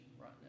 right